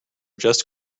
just